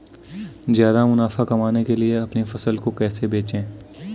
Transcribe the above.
ज्यादा मुनाफा कमाने के लिए अपनी फसल को कैसे बेचें?